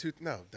no